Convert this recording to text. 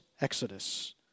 Exodus